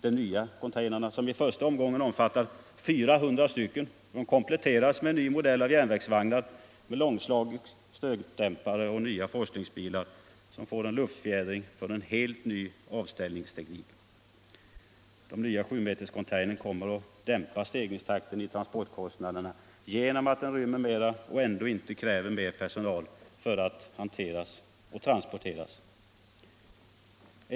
De nya containerna, som i första omgången omfattar 400 stycken, kompletteras med en ny modell av järnvägsvagnar med långslagiga stötdämpare och nya forslingsbilar, som får en luftfjädring för en helt ny avställningsteknik. Den nya 7-meterscontainern kommer att dämpa stegringstakten i transportkostnaderna genom att den rymmer mera och ändå inte kräver mer personal för att hanteras och transporteras.